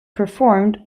performed